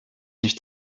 nicht